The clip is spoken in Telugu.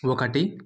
ఒకటి